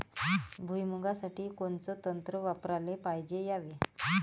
भुइमुगा साठी कोनचं तंत्र वापराले पायजे यावे?